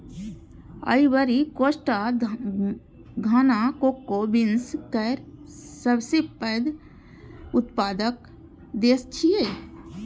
Ivory Coast आ Ghana cocoa beans केर सबसं पैघ उत्पादक देश छियै